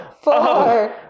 Four